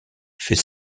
fait